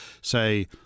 Say